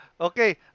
Okay